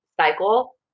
cycle